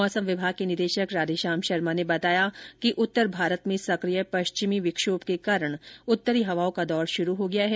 मौसम विभाग के निदेशक राधेश्याम शर्मा ने बताया कि उत्तर भारत में सक्रिय पश्चिमी विक्षोभ के कारण उत्तरी हवाओं का दौर शुरू हो गया हैं